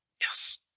yes